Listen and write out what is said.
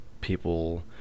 people